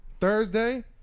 Thursday